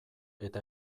eta